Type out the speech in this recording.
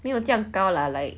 没有这样高 lah like